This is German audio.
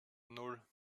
nan